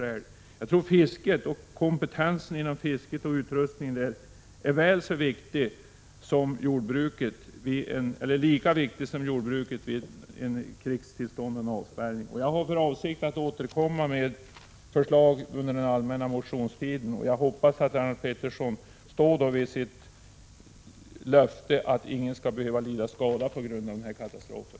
Men jag tror att fisket — jag tänker då på kompetensen och utrustningen i det sammanhanget — är lika viktigt som jordbruket i händelse av krigstillstånd eller avspärrning. Jag har för avsikt att återkomma med förslag under den allmänna motionstiden. Jag hoppas att Lennart Pettersson då står fast vid sitt löfte att ingen skall behöva lida skada på grund av Tjernobylkatastrofen.